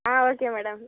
ah okay madam